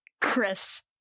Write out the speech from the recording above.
chris